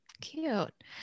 Cute